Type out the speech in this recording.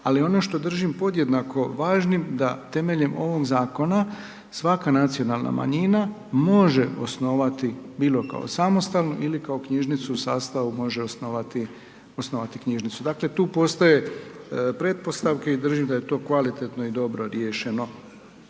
Ali ono što držim podjednako važnim da temeljem ovog zakona svaka nacionalna manjina može osnovati bilo kao samostalno ili kao knjižnicu u sastavu može osnovati knjižnicu. Dakle tu postoje pretpostavke i držim da je to kvalitetno i dobro riješeno.